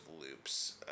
loops